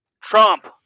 Trump